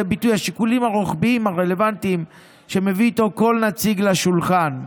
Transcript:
ביטוי השיקולים הרוחביים הרלוונטיים שמביא איתו כל נציג לשולחן.